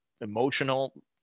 emotional